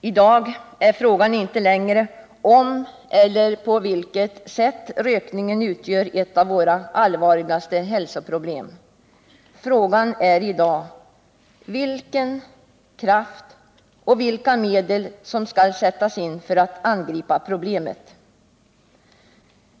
I dag är inte frågan längre om eller på vilket sätt rökningen utgör ett av våra allvarligaste hälsoproblem. Frågan är i dag vilken kraft och vilka medel som skall sättas in när vi angriper problemet.